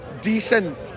decent